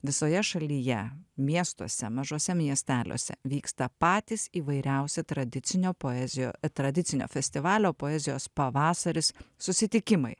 visoje šalyje miestuose mažuose miesteliuose vyksta patys įvairiausi tradicinio poezijo tradicinio festivalio poezijos pavasaris susitikimai